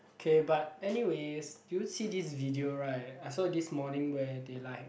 okay but anyways did you see this video right I saw it this morning where they like